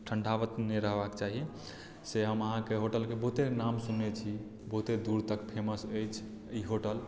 ठण्डावत नहि रहबाक चाही से हम अहाँके होटलके बहुते नाम सुनने छी बहुते दूरतक फेमस अछि ई होटल